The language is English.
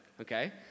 okay